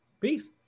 Peace